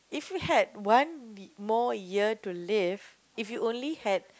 if you had one more year to live if you only had